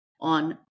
on